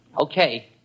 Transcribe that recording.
Okay